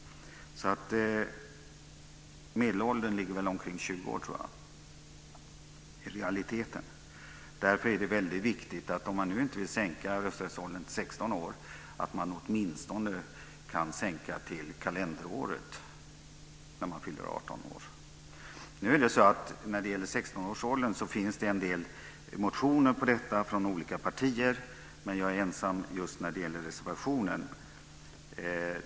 Medelåldern för förstagångsväljare ligger i realiteten omkring 20 år, tror jag. Om man inte vill sänka rösträttsåldern till 16 år kan man åtminstone ändrar den till det kalenderår man fyller 18 år. Det finns en del motioner från olika partier om rösträtt vid 16 års ålder, men jag är ensam om reservationen.